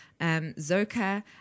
Zoka